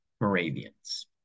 Moravians